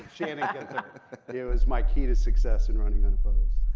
shannon was my key to success in running unopposed.